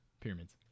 Pyramids